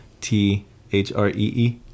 T-H-R-E-E